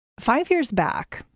five years back,